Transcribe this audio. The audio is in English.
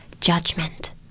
judgment